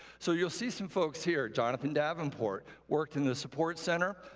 so you'll see some folks here jonathan davenport worked in the support center,